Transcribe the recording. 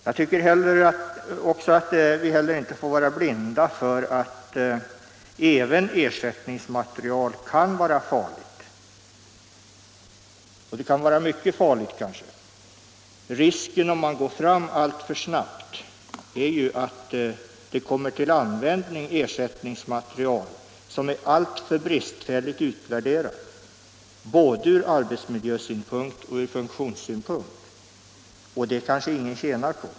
Vi får inte heller vara blinda för att även ett ersättningsmaterial kan vara farligt, t.o.m. mycket farligt. Om man går fram alltför snabbt är det risk att ersättningsmaterial kommer till användning som är alltför bristfälligt utvärderade, både ur arbetsmiljösynpunkt och ur funktionssynpunkt. Det kanske ingen vinner något på.